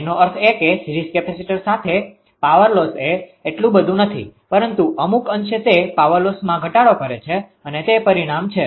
એનો અર્થ એ કે સીરીઝ કેપેસિટર સાથે પાવર લોસ એ એટલું બધું નથી પરંતુ અમુક અંશે તે પાવર લોસમાં ઘટાડો કરે છે અને તે પરિણામ છે